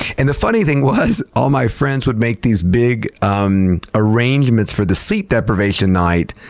and the funny thing was, all my friends would make these big um arrangements for the sleep deprivation night.